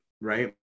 right